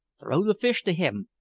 throw the fish to him!